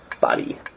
body